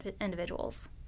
individuals